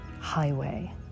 highway